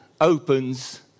opens